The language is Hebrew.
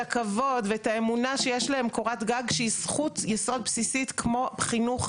הכבוד ואת האמונה שיש להם קורת גג שהיא זכות יסוד בסיסית כמו חינוך,